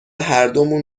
هردومون